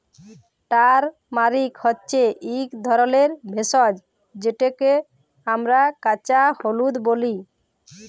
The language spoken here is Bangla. টারমারিক হছে ইক ধরলের ভেষজ যেটকে আমরা কাঁচা হলুদ ব্যলি